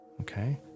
okay